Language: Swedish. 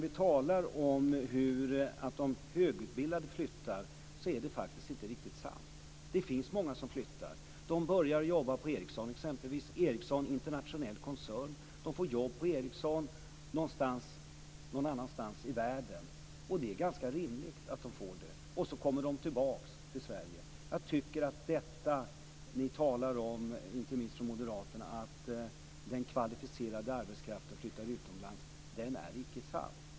Vi talar om att de högutbildade flyttar, men det är faktiskt inte riktigt sant. Det finns många som flyttar. De börjar t.ex. att jobba på Ericsson. Ericsson är en internationell koncern. De får jobb på Ericsson någon annanstans i världen, och det är ganska rimligt att de får det. Sedan kommer de tillbaka till Sverige. Inte minst Moderaterna talar om att den kvalificerade arbetskraften flyttar utomlands, men det är inte sant.